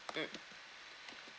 mmhmm